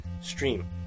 stream